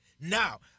Now